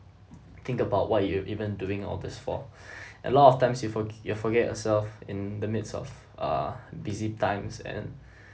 think about why you even doing all this for a lot of times you forg~ you forget yourself in the midst of ah busy times and